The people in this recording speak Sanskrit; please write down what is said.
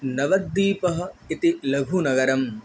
नवद्वीपः इति लघुनगरम्